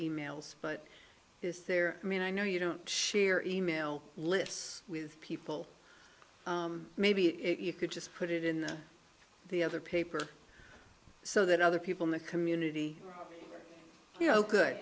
emails but is there i mean i know you don't share in mail lists with people maybe if you could just put it in the other paper so that other people in the community you know